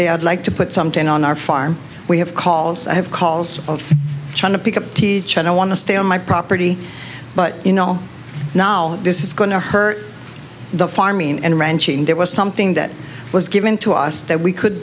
day i'd like to put something on our farm we have calls i have calls trying to pick up the child i want to stay on my property but you know now this is going to hurt the farming and ranching there was something that was given to us that we could